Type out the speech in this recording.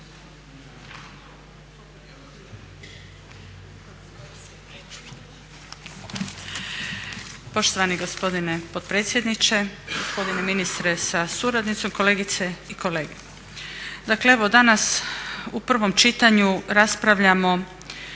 Poštovani gospodine potpredsjedniče, gospodine ministre sa suradnicom, kolegice i kolege dakle evo danas u prvom čitanju raspravljamo